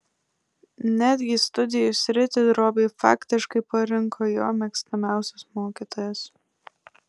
netgi studijų sritį robiui faktiškai parinko jo mėgstamiausias mokytojas